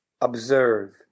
observe